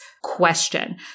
Question